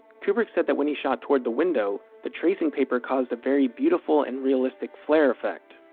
kubrick said that, when he shot toward the window, the tracing paper caused a very beautiful and realistic flare effect